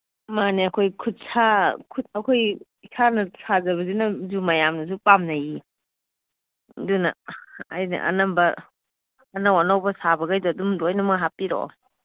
ꯃꯥꯅꯦ ꯑꯩꯈꯣꯏ ꯈꯨꯠ ꯁꯥ ꯈꯨꯠ ꯑꯩꯈꯣꯏ ꯏꯁꯥꯅ ꯁꯥꯖꯕꯁꯤꯅꯁꯨ ꯃꯌꯥꯝꯅꯁꯨ ꯄꯥꯝꯅꯩꯌꯦ ꯑꯗꯨꯅ ꯑꯩꯅ ꯑꯅꯝꯕ ꯑꯅꯧ ꯑꯅꯧꯕ ꯁꯥꯕꯒꯩꯗꯣ ꯑꯗꯨꯝ ꯂꯣꯏꯅꯃꯛ ꯍꯥꯞꯄꯤꯔꯛꯑꯣ